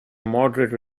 moderate